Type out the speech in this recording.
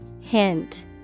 Hint